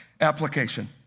Application